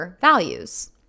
values